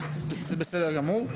זה בסדר גמור.